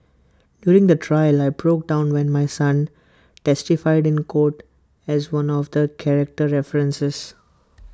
during the trial I broke down when my son testified in court as one of the character references